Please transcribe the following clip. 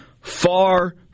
far